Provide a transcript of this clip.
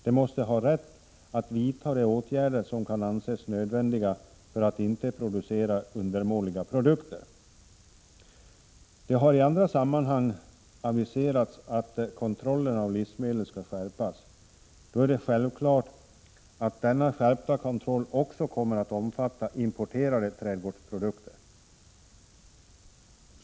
Man måste ha rätt att vidta de åtgärder som kan anses nödvändiga för att man inte skall producera undermåliga produkter. Det har i andra sammanhang aviserats att kontrollen av livsmedel skall skärpas. Då är det självklart att denna skärpta kontroll också kommer att omfatta importerade trädgårdsprodukter.